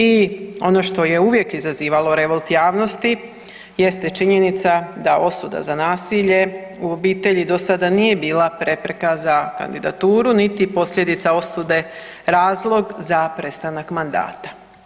I ono što je uvijek izazivalo revolt javnosti jeste činjenica da osuda za nasilje u obitelji do sada nije bila prepreka za kandidatura niti posljedica osude razlog za prestanak mandata.